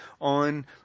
on